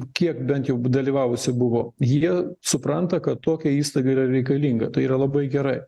kiek bent jau dalyvavusi buvo jie supranta kad tokia įstaiga yra reikalinga tai yra labai gerai